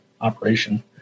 operation